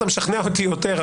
אתה משכנע אותי יותר.